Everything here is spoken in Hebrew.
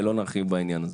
ולא נרחיב בעניין הזה.